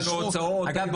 היה לנו הוצאות --- אגב,